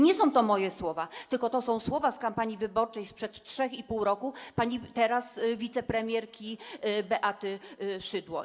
Nie są to moje słowa, tylko to są słowa z kampanii wyborczej sprzed 3,5 roku pani teraz wicepremierki Beaty Szydło.